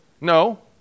No